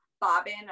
Bobbin